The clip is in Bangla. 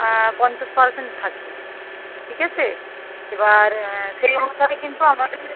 পঞ্চাশ পার্সেন্ট থাকে ঠিক আছে এবার সেই অনুসারে কিন্তু আমাদের